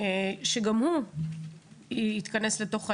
שגם הוא יתכנס לתוך האירוע,